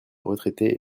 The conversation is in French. retraités